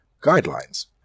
Guidelines